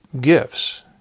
gifts